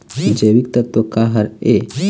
जैविकतत्व का हर ए?